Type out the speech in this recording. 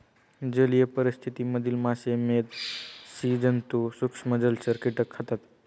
जलीय परिस्थिति मधील मासे, मेध, स्सि जन्तु, सूक्ष्म जलचर, कीटक खातात